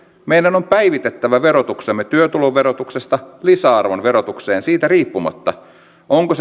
meidän on päivitettävä verotuksemme työtuloverotuksesta lisäarvon verotukseen siitä riippumatta onko